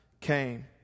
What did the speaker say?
came